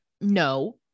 no